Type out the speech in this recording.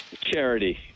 charity